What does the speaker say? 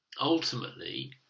ultimately